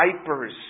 vipers